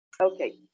Okay